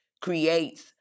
creates